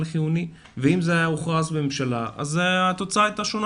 חיוני ואם זה היה מוכרז בממשלה התוצאה הייתה שונה